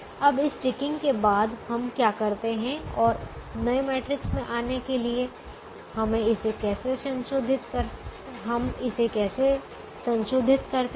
अब इस टिकिंग के बाद हम क्या करते हैं और नए मैट्रिक्स में आने के लिए हम इसे कैसे संशोधित करते हैं